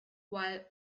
while